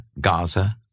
Gaza